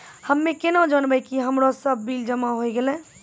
हम्मे केना जानबै कि हमरो सब बिल जमा होय गैलै?